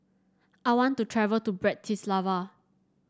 I want to travel to Bratislava